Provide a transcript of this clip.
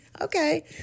Okay